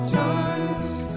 times